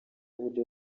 uburyo